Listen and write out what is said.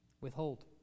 Withhold